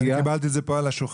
אני קיבלתי את זה פה על השולחן,